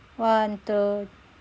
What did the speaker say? one two